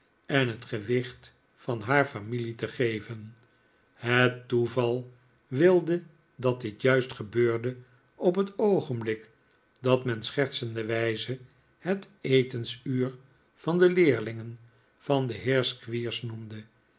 en het gewicht van haar familie te geven het toeval wilde dat dit juist gebeurde op het oogenblik dat men schertsenderwijze het etensuur van de leerlingen van den heer